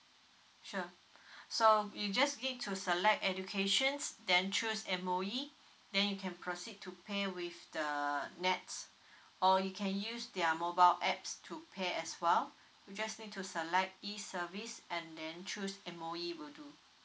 sure so you just need to select educations then choose M_O_E then you can proceed to pay with the NETS or you can use their mobile apps to pay as well you just need to select e service and then choose M_O_E will do